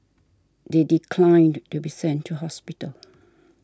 they declined to be sent to hospital